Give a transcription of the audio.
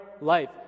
life